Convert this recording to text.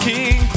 King